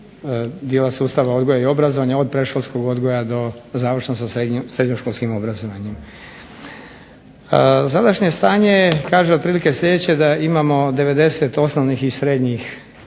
dijela sustava odgoja i obrazovanja od predškolskog odgoja do završno sa srednjoškolskim obrazovanjem. Sadašnje stanje kaže otprilike sljedeće da imamo 90 osnovnih i srednjih